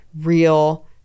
real